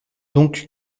donc